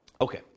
Okay